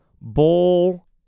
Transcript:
bowl